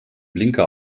blinker